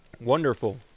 Wonderful